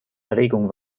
erregung